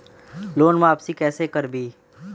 Loan वापसी कैसे करबी?